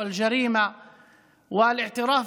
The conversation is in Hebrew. להביא פתרונות